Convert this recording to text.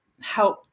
help